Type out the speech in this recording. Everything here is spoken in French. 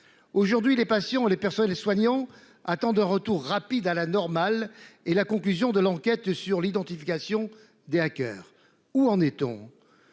aujourd'hui les patients et les personnels soignants attendent un retour rapide à la normale et la conclusion de l'enquête sur l'identification. Des hackers où en est-on.